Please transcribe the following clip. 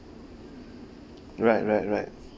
right right right